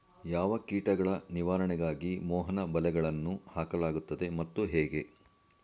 ಯಾವ ಕೀಟಗಳ ನಿವಾರಣೆಗಾಗಿ ಮೋಹನ ಬಲೆಗಳನ್ನು ಹಾಕಲಾಗುತ್ತದೆ ಮತ್ತು ಹೇಗೆ?